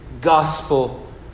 gospel